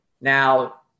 Now